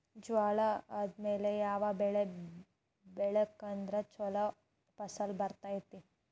ಜ್ವಾಳಾ ಆದ್ಮೇಲ ಯಾವ ಬೆಳೆ ಬೆಳೆದ್ರ ಛಲೋ ಫಸಲ್ ಬರತೈತ್ರಿ?